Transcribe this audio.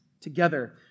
together